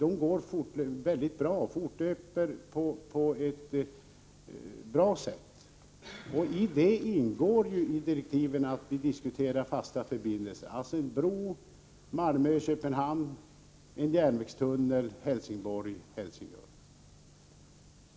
I direktiven ingår ju att vi diskuterar fasta förbindelser, alltså en bro Malmö-Köpenhamn och en järnvägstunnel Helsingborg-Helsingör.